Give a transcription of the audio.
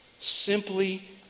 Simply